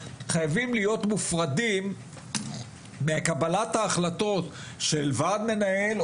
חייבים להיות מופרדים מקבלת ההחלטות של וועד מנהל,